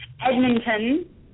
Edmonton